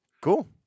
Cool